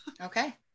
Okay